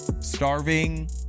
starving